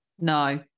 No